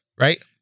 right